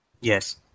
Yes